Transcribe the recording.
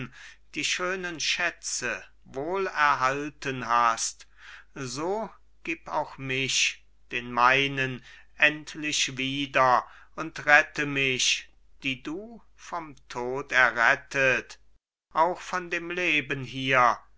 die schönen schätze wohl erhalten hast so gib auch mich den meinen endlich wieder und rette mich die du vom tod errettet auch von dem leben hier